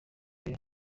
crew